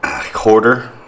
quarter